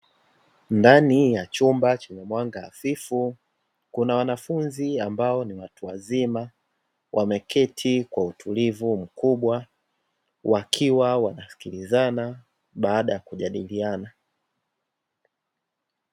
Ndani ya chumba chenye mwanga hafifu kuna wanafunzi ambao ni watu wazima, wameketi kwa utulivu mkubwa wakiwa wanasikilizana baada ya kujadiliana.